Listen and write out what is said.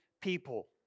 people